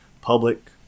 public